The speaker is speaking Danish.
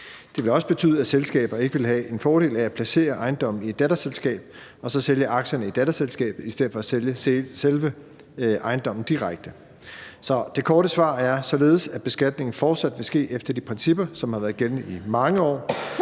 det ville også betyde, at selskaberne ikke ville have en fordel af at placere ejendommen i et datterselskab og så sælge aktierne i datterselskabet i stedet for at sælge selve ejendommen direkte. Så det korte svar er således, at beskatningen fortsat vil ske efter de principper, som har været gældende i mange år,